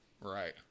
Right